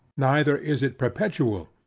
neither is it perpetual.